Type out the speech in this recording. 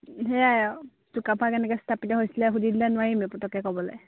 সেয়াই আৰু চুকাফা কেনেকে স্থাপিত হৈছিলে সুধি দিলে নোৱাৰিম এ পটকে ক'বলে